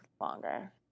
longer